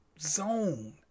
zone